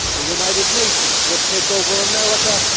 the united nations would take over america,